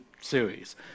series